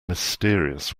mysterious